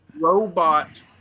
Robot